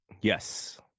Yes